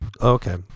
Okay